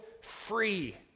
free